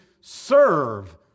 serve